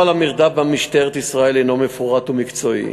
נוהל המרדף של משטרת ישראל הנו מפורט ומקצועי.